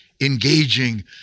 engaging